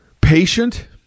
patient